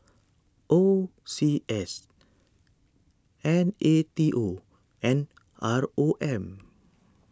O C S N A T O and R O M